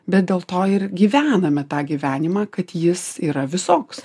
bet dėl to ir gyvename tą gyvenimą kad jis yra visoks